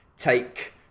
Take